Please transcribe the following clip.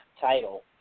title